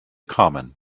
common